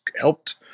helped